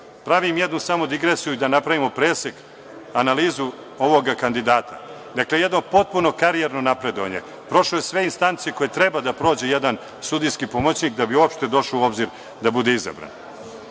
godine. Pravim jednu digresiju da napravimo presek, analizu ovog kandidata. Dakle, jedno potpuno karijerno napredovanje, prošao je sve instance koje treba da prođe jedan sudijski pomoćnik da bi uopšte došao u obzir da bude izabran.